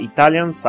Italian